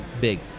big